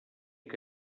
que